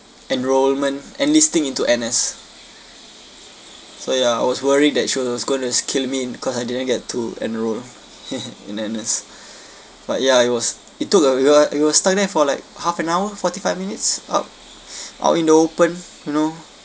enrolment enlisting into N_S so ya I was worried that she was was going to kill me cause I didn't get to enrol in N_S but ya it was it took a we were we were stand there for like half an hour forty five minutes uh out in the open you know